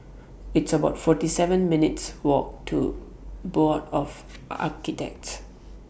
It's about forty seven minutes' Walk to Board of Architects